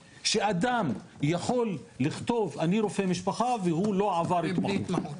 שאדם יכול לכתוב שהוא רופא משפחה והוא לא עבר את ההתמחות,